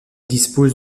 dispose